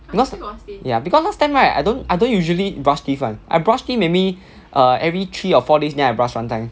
because ya because last time right I don't I don't usually brush teeth one I brush teeth maybe err every three or four days then I brush one time